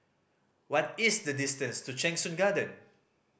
what is the distance to Cheng Soon Garden